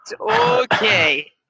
Okay